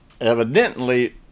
evidently